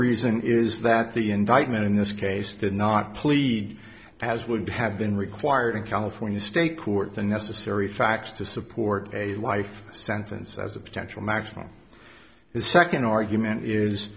reason is that the indictment in this case did not plead as would have been required in california state court the necessary facts to support a life sentence as a potential maximum is second argument is